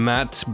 Matt